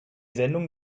sendung